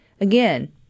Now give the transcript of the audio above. again